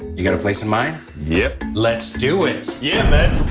you got a place in mind? yep. let's do it. yeah, man.